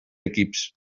equips